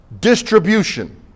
distribution